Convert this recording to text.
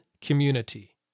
community